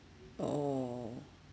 oh